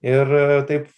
ir taip